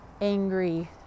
angry